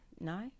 No